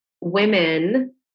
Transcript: women